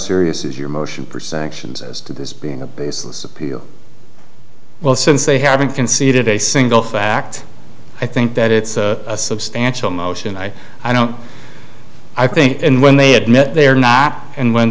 serious is your motion present actions as to this being a baseless appeal well since they haven't conceded a single fact i think that it's a substantial motion i i don't i think when they admit they're not and when